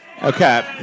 Okay